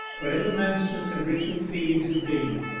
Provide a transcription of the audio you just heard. whatever manston's original feelings had been,